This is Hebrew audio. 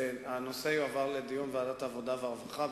שהנושא יועבר לדיון בוועדת העבודה והרווחה,